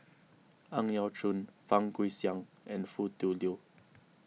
Ang Yau Choon Fang Guixiang and Foo Tui Liew